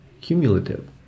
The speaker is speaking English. cumulative